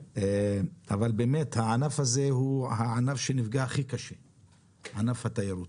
ענף התיירות נפגע הכי קשה,